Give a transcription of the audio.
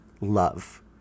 love